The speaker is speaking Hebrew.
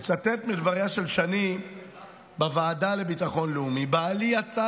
אצטט מדבריה של שני בוועדה לביטחון לאומי: "בעלי יצא